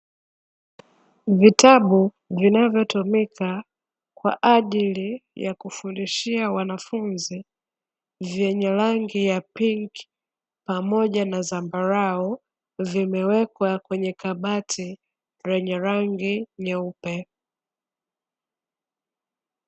Vitabu vinavyotumika kwa ajili ya kufundishia wanafunzi, vyenye rangi ya pinki pamoja na zambarau, vimewekwa kwenye kabati lenye rangi nyeupe.